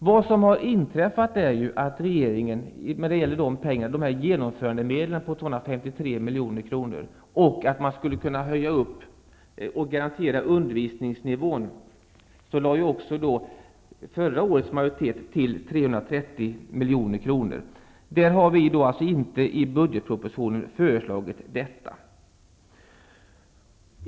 Vad som har inträffat är att utöver genomförandemedlen på miljoner för att höja och garantera undervisningsnivån. Det har regeringen alltså inte föreslagit i budgetpropositionen.